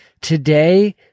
Today